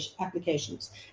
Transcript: applications